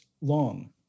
long